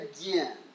again